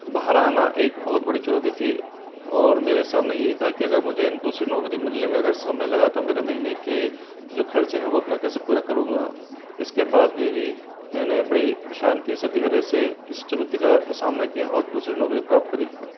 बाहर आना एक बहुत बड़ी चुनौती थी और मेरे सामने यही था कि अगर मुझे दूसरी नौकरी मिलने में अगर समय लगा तो मेरे महीने के जो खर्चे हैं वो अब मैं कैसे पूरा करूँगा इसके बाद भी भी मैंने बड़ी शांति से धैर्य से इस चुनौती का सामना किया और दूसरी नौकरी प्राप्त करी